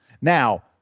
Now